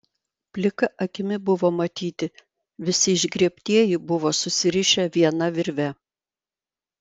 plika akimi buvo matyti visi išgriebtieji buvo susirišę viena virve